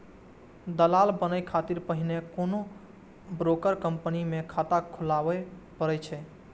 दलाल बनै खातिर पहिने कोनो ब्रोकर कंपनी मे खाता खोलबय पड़ै छै